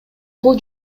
бул